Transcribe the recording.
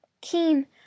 Keen